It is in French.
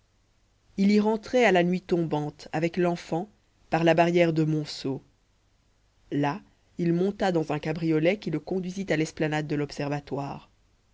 il y rentrait à la nuit tombante avec l'enfant par la barrière de monceaux là il monta dans un cabriolet qui le conduisit à l'esplanade de l'observatoire